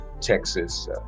Texas